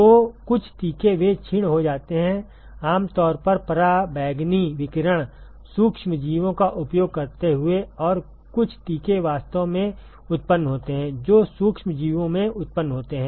तो कुछ टीके वे क्षीण हो जाते हैं आमतौर पर पराबैंगनी विकिरण सूक्ष्मजीवों का उपयोग करते हुए और कुछ टीके वास्तव में उत्पन्न होते हैं जो सूक्ष्मजीवों में उत्पन्न होते हैं